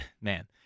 man